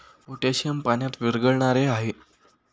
potassium पाण्यात विरघळणारे आहे